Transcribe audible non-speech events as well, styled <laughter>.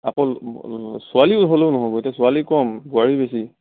আকৌ <unintelligible> ছোৱালীও হ'লেও নহ'ব এতিয়া ছোৱালী কম বোৱাৰী বেছি